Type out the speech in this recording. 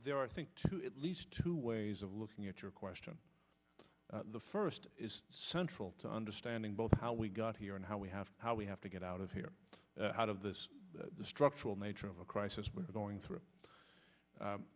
there are think at least two ways of looking at your question the first is central to understanding both how we got here and how we have how we have to get out of here out of this the structural nature of a crisis we're going through